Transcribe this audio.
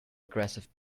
aggressive